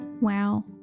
Wow